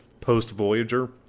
post-Voyager